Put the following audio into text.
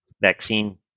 vaccine